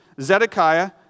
Zedekiah